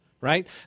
right